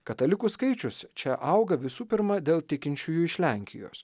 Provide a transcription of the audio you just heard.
katalikų skaičius čia auga visų pirma dėl tikinčiųjų iš lenkijos